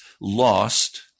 lost